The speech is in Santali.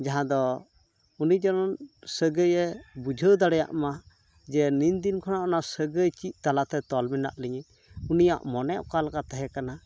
ᱡᱟᱦᱟᱸ ᱫᱚ ᱩᱱᱤ ᱡᱮᱢᱚᱱ ᱥᱟᱹᱜᱟᱹᱭᱮ ᱵᱩᱡᱷᱟᱹᱣ ᱫᱟᱲᱮᱭᱟᱜ ᱢᱟ ᱡᱮ ᱱᱤᱱᱫᱤᱱ ᱠᱷᱚᱱᱟᱜ ᱚᱱᱟ ᱥᱟᱹᱜᱟᱹᱭ ᱪᱮᱫ ᱛᱟᱞᱟᱛᱮ ᱛᱚᱞ ᱢᱮᱱᱟᱜ ᱞᱤᱧᱟᱹ ᱩᱱᱤᱭᱟᱜ ᱢᱚᱱᱮ ᱚᱠᱟᱞᱮᱠᱟ ᱛᱟᱦᱮᱸ ᱠᱟᱱᱟ